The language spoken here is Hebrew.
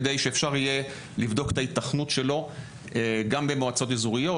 כדי שאפשר יהיה לבדוק את היתכנותו גם במועצות אזוריות,